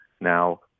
now